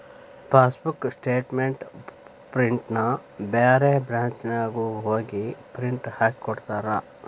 passbook statement ಪ್ರಿಂಟ್ನ ಬ್ಯಾರೆ ಬ್ರಾಂಚ್ನ್ಯಾಗು ಹೋಗಿ ಪ್ರಿಂಟ್ ಹಾಕಿಕೊಡ್ತಾರ